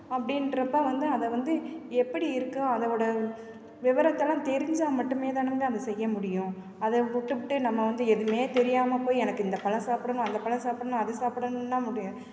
அப்படின்றப்ப வந்து அதை வந்து எப்படி இருக்கற அதோடு விவரத்தெல்லாம் தெரிஞ்சால் மட்டுமே தானாங்க அதை செய்ய முடியும் அதை விட்டுப்புட்டு நம்ம வந்து எதுவுமே தெரியாமல் போய் எனக்கு இந்தப் பழம் சாப்பிடணும் அந்தப் பழம் சாப்பிடணும் அது சாப்பிடணுன்னா முடியும்